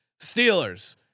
Steelers